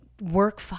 work